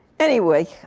anyway,